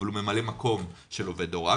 אבל הוא ממלא מקום של עובד הוראה,